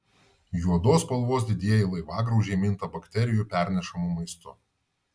juodos spalvos didieji laivagraužiai minta bakterijų pernešamu maistu